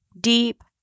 deep